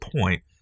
point